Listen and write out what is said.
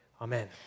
Amen